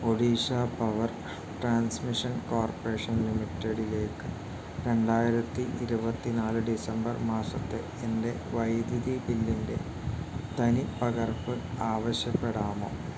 Odisha power transmission corporation ലിമിറ്റഡിലേക്ക് രണ്ടായിരത്തി ഇരുപത്തിനാല് ഡിസംബർ മാസത്തെ എൻ്റെ വൈദ്യുതി ബില്ലിൻ്റെ തനിപ്പകർപ്പ് ആവശ്യപ്പെടാമോ